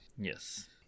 Yes